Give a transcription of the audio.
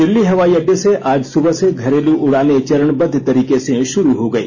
दिल्ली हवाई अड्डे से आज सुबह से घरेलू उड़ानें चरणबद्व तरीके से शुरू हो गई